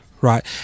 right